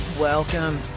Welcome